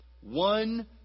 one